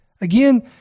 Again